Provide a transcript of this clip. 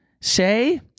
say